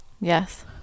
Yes